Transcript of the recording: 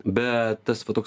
bet tas va toks